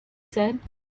said